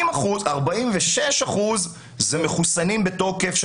46 אחוזים הם מחוסנים בתוקף,